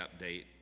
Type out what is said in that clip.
update